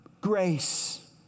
grace